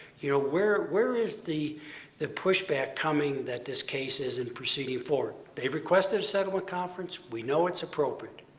you know where where is the the pushback coming that this case is in proceeding forward? they've requested a settlement conference. we know it's appropriate.